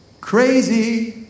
Crazy